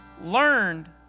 learned